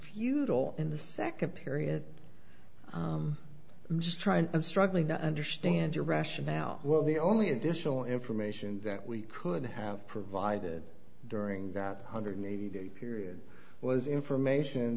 futile in the second period just trying i'm struggling to understand your rationale well the only additional information that we could have provided during that hundred a period was information